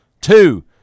Two